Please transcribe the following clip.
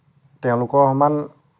তেওঁলোকৰ সমান